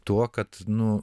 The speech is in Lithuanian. tuo kad nu